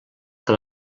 que